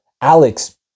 Alex